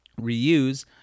Reuse